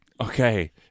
Okay